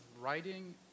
writing